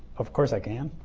of course i can